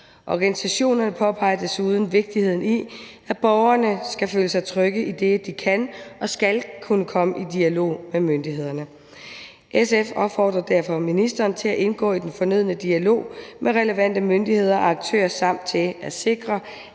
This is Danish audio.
Organisationerne påpeger desuden vigtigheden i, at borgere skal føle sig trygge, idet de kan og skal kunne komme i dialog med myndighederne. SF opfordrer derfor ministeren til at indgå i den fornødne dialog med relevante myndigheder og aktører samt sikre,